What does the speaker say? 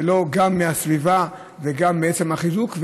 גם מהסביבה וגם מעצם החיזוק.